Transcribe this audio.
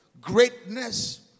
greatness